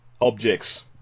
objects